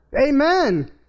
Amen